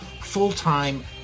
full-time